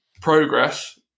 progress